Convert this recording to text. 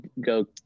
go